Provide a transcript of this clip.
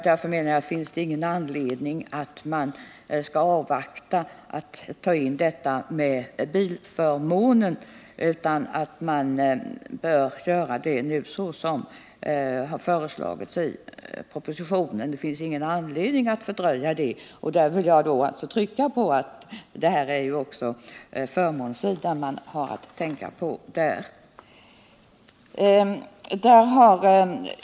Därför finns det ingen anledning att avvakta med att ta in bilförmåner, utan man bör göra det nu såsom föreslagits i propositionen. Det finns ingen anledning att fördröja det. Jag vill trycka på att man också har att tänka på förmånssidan.